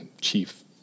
chief